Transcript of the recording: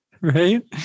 right